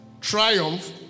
triumph